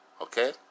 Okay